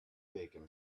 bacon